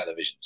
televisions